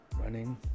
Running